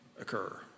occur